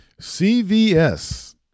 CVS